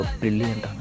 brilliant